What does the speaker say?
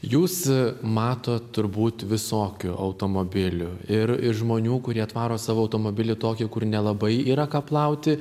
jūs matot turbūt visokių automobilių ir iš žmonių kurie atvaro savo automobilį tokį kur nelabai yra ką plauti